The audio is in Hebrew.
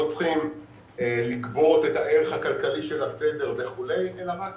לא צריכים לגבות את הערך הכלכלי של הסדר וכולי אלא רק